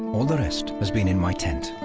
all the rest has been in my tent,